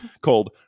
called